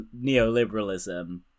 neoliberalism